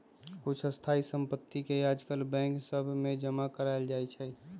कुछ स्थाइ सम्पति के याजकाल बैंक सभ में जमा करायल जाइ छइ